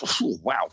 Wow